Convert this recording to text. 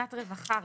מבחינת רווחה רגע,